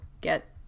get